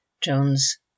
Jones